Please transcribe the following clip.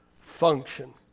function